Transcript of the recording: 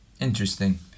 Interesting